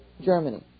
Germany